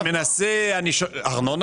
אני לא מחייב ארנונה.